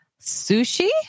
sushi